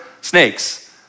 Snakes